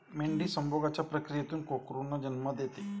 मेंढी संभोगाच्या प्रक्रियेतून कोकरूंना जन्म देते